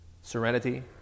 serenity